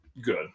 Good